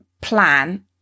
plan